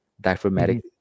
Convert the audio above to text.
diaphragmatic